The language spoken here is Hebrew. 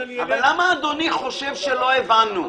למה אדוני חושב שלא הבנו?